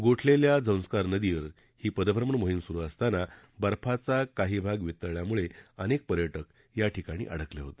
गोठलेल्या झंस्कार नदीवर ही पदभ्रमण मोहिम सुरु असताना बर्फाचा काही भाग वितळल्यामुळे अनेक पर्याक्र या ठिकाणी अडकले होते